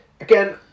Again